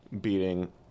beating